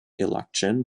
election